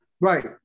Right